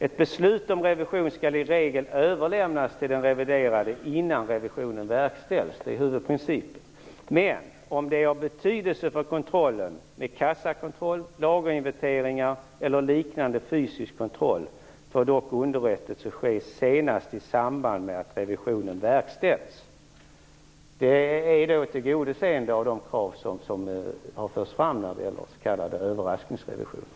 Ett beslut om revision skall i regel överlämnas till den reviderade innan revisionen verkställs. Det är huvudprincipen. Men om det är av betydelse för kontrollen med kassakontroll, lagerinventeringar eller liknande fysisk kontroll, får dock underrättelse ske senast i samband med att revisionen verkställs. Det är ett tillgodoseende av de krav som har förts fram när det gäller den s.k.